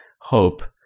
hope